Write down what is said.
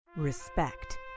Respect